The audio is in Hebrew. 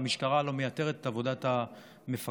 והמשטרה לא מייתרת את עבודת המפקחים.